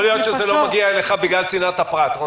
יכול להיות שזה לא מגיע אליך בגלל צנעת הפרט.